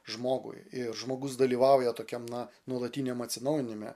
žmogui ir žmogus dalyvauja tokiam na nuolatiniam atsinaujinime